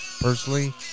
personally